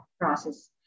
process